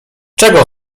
czego